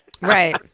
Right